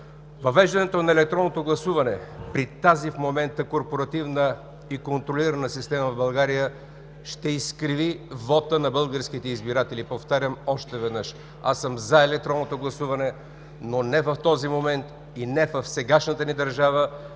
Въвеждането на електронното гласуване при тази в момента корпоративна и контролирана система в България ще изкриви вота на българските избиратели. Повтарям още веднъж: аз съм „за” електронното гласуване, но не в този момент и не в сегашната ни държава,